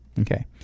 Okay